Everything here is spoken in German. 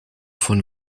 von